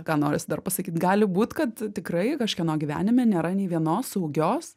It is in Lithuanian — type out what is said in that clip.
ką norisi dar pasakyt gali būt kad tikrai kažkieno gyvenime nėra nė vienos saugios